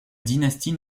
dynastie